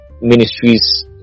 ministries